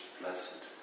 blessed